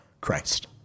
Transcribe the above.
Christ